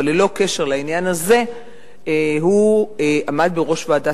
אבל ללא קשר לעניין הזה הוא עמד בראש ועדה